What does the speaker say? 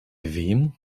wem